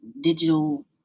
digital